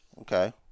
Okay